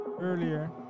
earlier